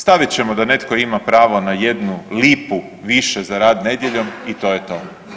Stavit ćemo da netko ima pravo na jednu lipu više za rad nedjeljom i to je to.